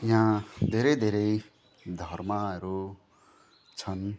यहाँ धेरै धेरै धर्महरू छन्